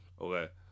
Okay